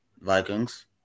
Vikings